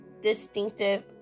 distinctive